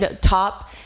top